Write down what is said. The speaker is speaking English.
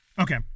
okay